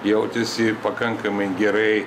jautėsi pakankamai gerai